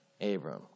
Abram